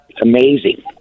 amazing